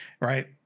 right